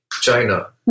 China